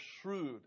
shrewd